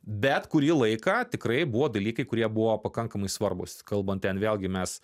bet kurį laiką tikrai buvo dalykai kurie buvo pakankamai svarbūs kalbant ten vėlgi mes